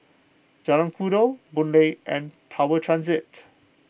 Jalan Kukoh Boon Lay and Tower Transit